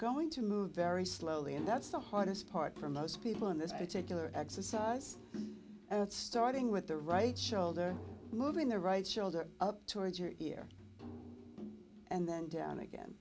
going to move very slowly and that's the hardest part for most people in this particular exercise starting with the right shoulder moving the right shoulder up towards your ear and then down again